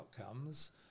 outcomes